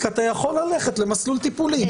כי אתה יכול ללכת למסלול טיפולי.